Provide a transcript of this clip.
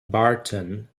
barton